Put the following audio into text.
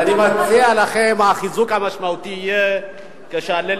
אני מציע לכם שהחיזוק המשמעותי יהיה כשאללי